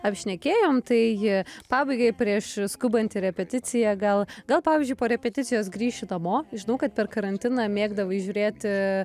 apšnekėjom tai pabaigai prieš skubant į repeticiją gal gal pavyzdžiui po repeticijos grįši namo žinau kad per karantiną mėgdavai žiūrėti